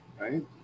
right